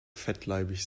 fettleibig